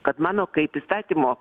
kad mano kaip įstatymo